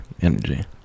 energy